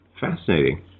Fascinating